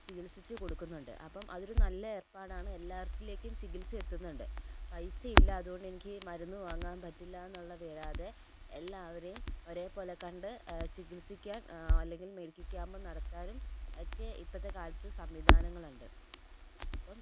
ചികിത്സിച്ച് കൊടുക്കുന്നുണ്ട് അപ്പം അതൊരു നല്ല ഏർപ്പാടാണ് എല്ലാവരിലേക്കും ചികിത്സ എത്തുന്നുണ്ട് പൈസ ഇല്ല അതുകൊണ്ടെനിക്ക് മരുന്ന് വാങ്ങാൻ പറ്റില്ല എന്നുള്ള വരാതെ എല്ലാവരെയും ഒരേപോലെ കണ്ട് ചികിത്സിക്കാൻ അല്ലെങ്കിൽ മെഡിക്കൽ ക്യാമ്പ് നടത്താനും ഒക്കെ ഇപ്പോഴത്തെ കാലത്ത് സംവിധാനങ്ങളുണ്ട് അപ്പം